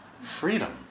freedom